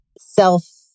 self